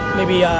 maybe